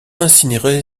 incinéré